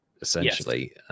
essentially